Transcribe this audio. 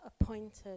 appointed